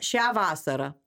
šią vasarą